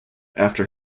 after